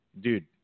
Dude